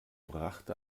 brachte